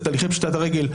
את הליכי פשיטת הרגל,